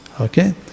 Okay